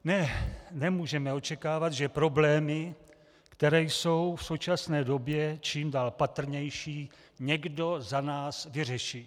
Ne, nemůžeme očekávat, že problémy, které jsou v současné době čím dál patrnější, někdo za nás vyřeší.